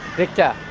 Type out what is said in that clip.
victor,